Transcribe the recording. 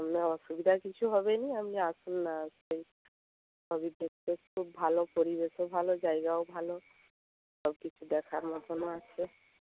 আপনার অসুবিধা কিছু হবে না আপনি আসুন না সবই দেখতে খুব ভালো পরিবেশও ভালো জায়গাও ভালো সব কিছু দেখার মতনও আছে